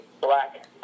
black